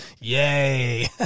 Yay